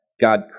God